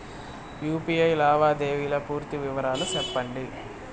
UPI లావాదేవీల పూర్తి వివరాలు సెప్పండి?